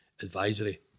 advisory